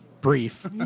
brief